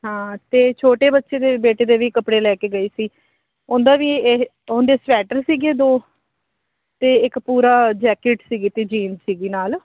ਹਾਂ ਅਤੇ ਛੋਟੇ ਬੱਚੇ ਦੇ ਬੇਟੇ ਦੇ ਵੀ ਕੱਪੜੇ ਲੈ ਕੇ ਗਈ ਸੀ ਉਹਦਾ ਵੀ ਇਹ ਉਹਦੇ ਸਵੈਟਰ ਸੀਗੇ ਦੋ ਅਤੇ ਇੱਕ ਪੂਰਾ ਜੈਕਟ ਸੀਗੀ ਅਤੇ ਜੀਨ ਸੀਗੀ ਨਾਲ